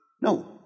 No